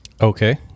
Okay